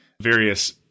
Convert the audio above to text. various